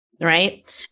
Right